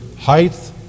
height